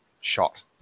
shot